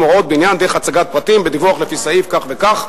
הוראות בעניין דרך הצגת פרטים בדיווח לפי סעיף כך וכך,